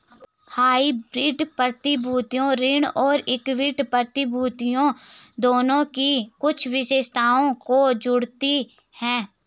hybrid प्रतिभूतियां ऋण और इक्विटी प्रतिभूतियों दोनों की कुछ विशेषताओं को जोड़ती हैं